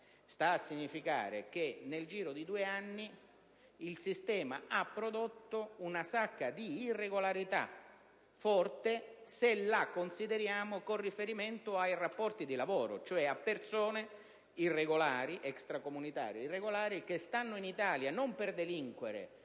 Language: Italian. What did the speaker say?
sta a significare che nel giro di due anni il sistema ha prodotto una sacca di irregolarità forte, se la consideriamo con riferimento ai rapporti di lavoro, cioè persone extracomunitarie irregolari che si trovano in Italia non per delinquere,